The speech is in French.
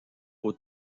aux